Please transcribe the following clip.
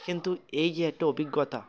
কিন্তু এই যে একটা অভিজ্ঞতা